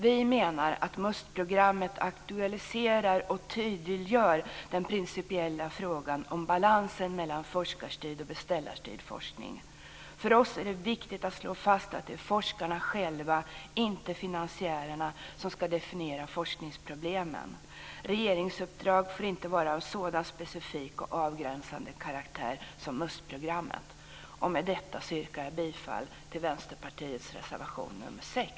Vi menar att MUST-programmet aktualiserar och tydliggör den principiella frågan om balansen mellan forskarstyrd och beställarstyrd forskning. För oss är det viktigt att slå fast att det är forskarna själva, inte finansiärerna, som ska definiera forskningsproblemen. Ett regeringsuppdrag får inte vara av sådan specifik och avgränsande karaktär som MUST Med detta yrkar jag bifall till Vänsterpartiets reservation nr 6.